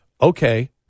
okay